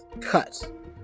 cut